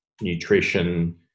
nutrition